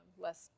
less